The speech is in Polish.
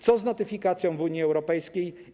Co z notyfikacją w Unii Europejskiej?